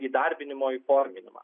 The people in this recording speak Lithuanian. įdarbinimo įforminimą